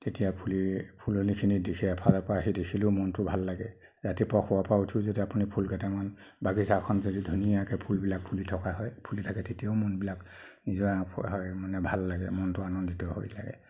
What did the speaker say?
তেতিয়া ফুলি ফুলনিখিনি দেখি এফালৰ পৰা আহি দেখিলেও মনটো ভাল লাগে ৰাতিপুৱা শুৱাৰ পৰা উঠিও যদি আপুনি ফুলকেইটামান বাগিচাখন যদি ধুনীয়াকৈ ফুলবিলাক ফুলি থকা হয় ফুলি থাকে তেতিয়াও মনবিলাক নিজৰ হয় মানে ভাল লাগে মনটো আনন্দিত হৈ থাকে